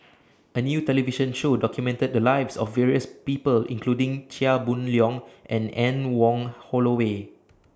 A New television Show documented The Lives of various People including Chia Boon Leong and Anne Wong Holloway